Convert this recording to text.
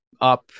Up